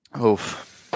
Oof